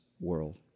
world